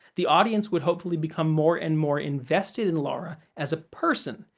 the audience would hopefully become more and more invested in laura as a person,